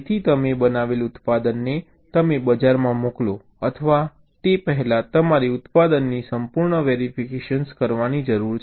તેથી તમે બનાવેલ ઉત્પાદનને તમે બજારમાં મોકલો અથવા મોકલો તે પહેલાં તમારે ઉત્પાદનની સંપૂર્ણ વેરિફિકેશન કરવાની જરૂર છે